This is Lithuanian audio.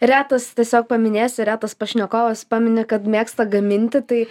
retas tiesiog paminėsiu retas pašnekovas pamini kad mėgsta gaminti tai